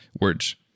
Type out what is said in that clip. words